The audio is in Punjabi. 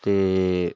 ਅਤੇ